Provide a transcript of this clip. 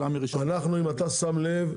אנחנו, אם אתה שם לב,